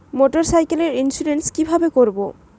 মোটরসাইকেলের ইন্সুরেন্স কিভাবে করব?